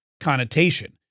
connotation